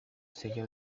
sello